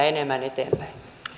enemmän eteenpäin